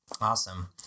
Awesome